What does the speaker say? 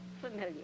familiar